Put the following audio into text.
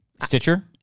Stitcher